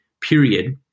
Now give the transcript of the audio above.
period